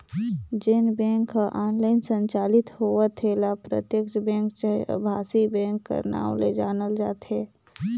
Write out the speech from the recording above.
जेन बेंक ह ऑनलाईन संचालित होवत हे ल प्रत्यक्छ बेंक चहे अभासी बेंक कर नांव ले जानल जाथे